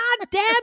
goddamn